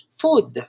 food